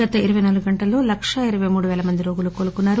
గత ఇరపై నాలుగు గంటల్లో లక్షా ఇరపై మూడుపేల మంది రోగులు కోలుకున్నారు